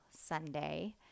Sunday